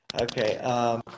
okay